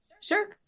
Sure